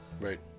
Right